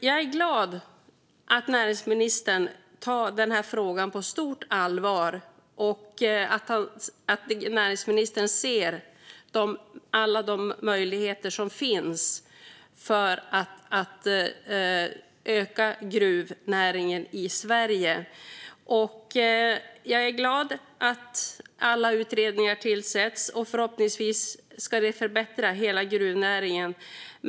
Jag är glad att näringsministern tar frågan på stort allvar och att näringsministern ser alla de möjligheter som finns för att öka gruvnäringen i Sverige. Jag är vidare glad för att utredningar tillsätts, och förhoppningsvis ska de förbättra hela gruvnäringen.